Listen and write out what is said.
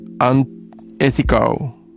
unethical